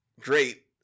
great